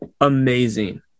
amazing